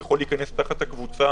יכול להיכנס לקבוצה